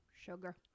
sugar